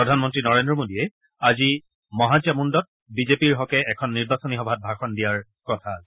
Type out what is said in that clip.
প্ৰধানমন্ত্ৰী নৰেন্দ্ৰ মোদীয়ে আজি মহাচামুণ্ডত বিজেপিৰ হকে এখন নিৰ্বাচনী সভাত ভাষণ দিয়াৰ কথা আছে